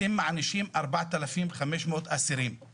אתם מענישים 4,500 אסירים,